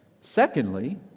Secondly